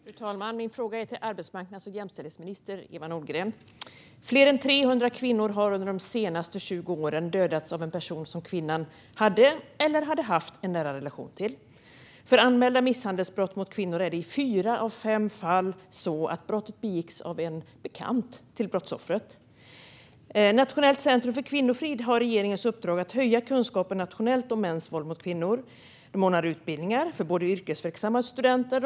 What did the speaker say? Fru talman! Min fråga går till arbetsmarknads och jämställdhetsminister Eva Nordmark. Fler än 300 kvinnor har under de senaste 20 åren dödats av en person som kvinnan hade eller hade haft en nära relation till. För anmälda misshandelsbrott mot kvinnor är det i fyra av fem fall så att brottet begicks av en bekant till brottsoffret. Nationellt centrum för kvinnofrid har regeringens uppdrag att höja kunskapen nationellt om mäns våld mot kvinnor. De ordnar utbildningar för både yrkesverksamma och studenter.